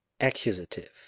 Accusative